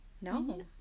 No